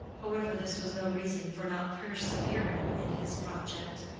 however, this was no reason for not persevering in his project,